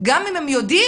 גם אם הם יודעים,